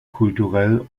kulturell